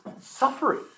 suffering